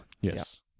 Yes